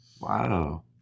Wow